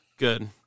Good